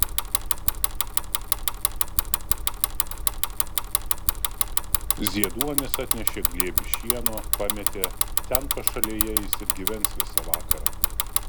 zieduonis atnešė glėbį šieno pametė ten pašalėje jis ir gyvens visą vakarą